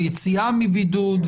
היציאה מבידוד,